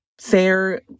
fair